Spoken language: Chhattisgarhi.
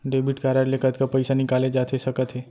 डेबिट कारड ले कतका पइसा निकाले जाथे सकत हे?